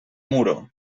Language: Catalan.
muro